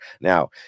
Now